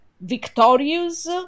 victorious